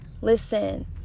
listen